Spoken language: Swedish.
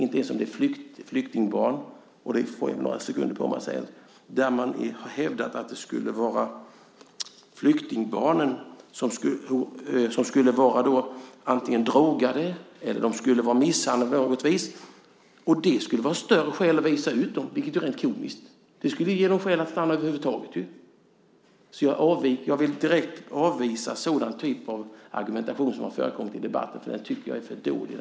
När det gäller apatiska flyktingbarn har man hävdat att de skulle vara antingen drogade eller misshandlade på något vis och att detta skulle vara ett större skäl att visa ut dem. Det är rent komiskt. Det skulle ju ge dem skäl att stanna över huvud taget! Jag vill direkt avvisa sådan typ av argumentation som har förekommit i debatten, för jag tycker att den är för dålig.